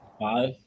Five